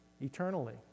eternally